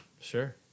sure